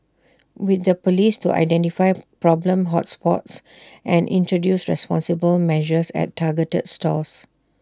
with the Police to identify problem hot spots and introduce responsible measures at targeted stores